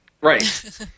Right